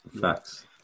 facts